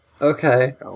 Okay